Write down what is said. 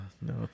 No